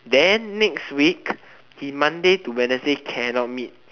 then next week he monday to wednesday cannot meet